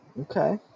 Okay